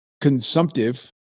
consumptive